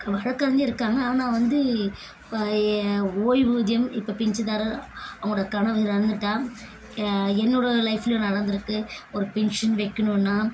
வழக்கறிஞர் இருக்காங்கள் ஆனால் வந்து ஓய்வு ஊதியம் இப்போ பிஞ்சிதாரர் அவங்களோட கணவர் இறந்துட்டா என்னோடய லைஃப்லையும் நடந்திருக்கு ஒரு பென்ஷன் வைக்கணும்னா